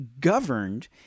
governed